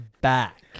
back